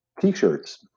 t-shirts